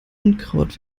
unkraut